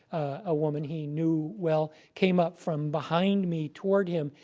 a woman he knew well, came up from behind me toward him.